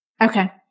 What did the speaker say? Okay